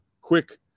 quick